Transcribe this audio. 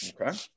okay